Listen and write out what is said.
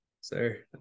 sir